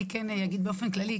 אני כן אגיד באופן כללי,